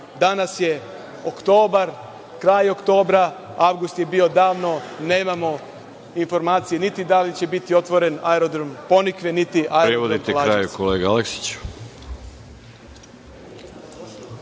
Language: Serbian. Danas je oktobar, kraj oktobra. Avgust je bio davno. Nemamo informacije niti da li će biti otvoren aerodrom Ponikve, niti aerodrom Lađevci.